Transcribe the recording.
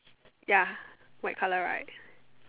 ya white colour right